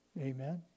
Amen